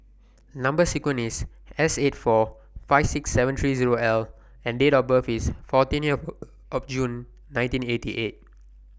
Number sequence IS S eight four five six seven three Zero L and Date of birth IS fourteenth June nineteen eighty eight